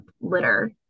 litter